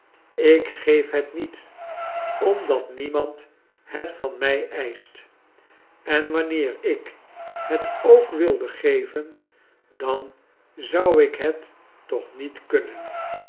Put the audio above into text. ik geef het niet omdat niemand het van mij eischt en wanneer ik het ook wilde geven dan zou ik het toch niet kunnen